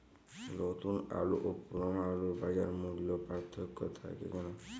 নতুন আলু ও পুরনো আলুর বাজার মূল্যে পার্থক্য থাকে কেন?